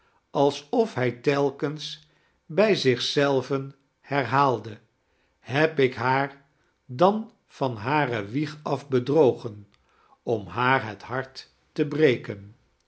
alsof hij telkens bij zich zelven herhaalde heb ik haar dan van hare wieg af bedrogen om haar het hart te breken